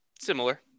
Similar